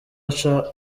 aca